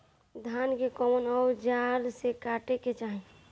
धान के कउन औजार से काटे के चाही?